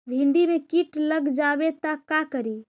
भिन्डी मे किट लग जाबे त का करि?